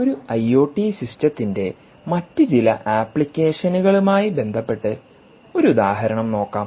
ഒരു ഐഒടി സിസ്റ്റത്തിൻറെ മറ്റ് ചില ആപ്ലിക്കേഷനുകളുമായി ബന്ധപ്പെട്ട് ഒരു ഉദാഹരണം നോക്കാം